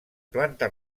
planta